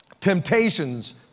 temptations